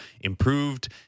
improved